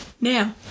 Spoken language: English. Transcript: Now